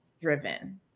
driven